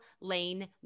Lane